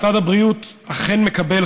משרד הבריאות אכן מקבל,